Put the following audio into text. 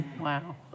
Wow